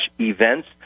events